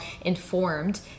informed